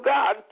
God